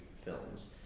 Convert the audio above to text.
Films